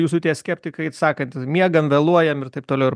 jūsų tie skeptikai sakantys miegam vėluojame ir taip toliau ir